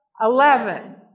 eleven